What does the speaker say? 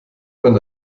man